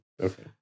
Okay